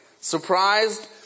surprised